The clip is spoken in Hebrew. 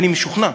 אני משוכנע.